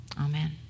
Amen